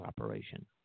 operation